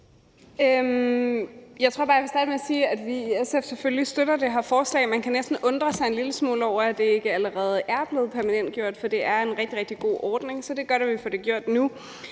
Jeg tror faktisk, jeg vil starte med sige, at vi i SF selvfølgelig støtter det her forslag. Man kan næsten undre sig en lille smule over, at det ikke allerede er blevet permanentgjort, for det er en rigtig, rigtig god ordning, så det er godt, at vi får det gjort nu.